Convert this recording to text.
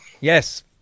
yes